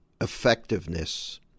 effectiveness